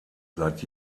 seit